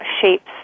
shapes